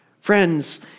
Friends